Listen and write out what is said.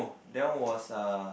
that one was err